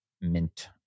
mint